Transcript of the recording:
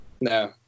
No